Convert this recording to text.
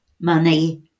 money